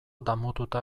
damututa